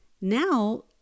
now